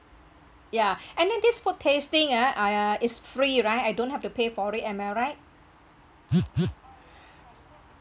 ya and then this food tasting ah !aiya! is free right I don't have to pay for it am I right